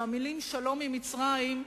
שהמלים "שלום עם מצרים"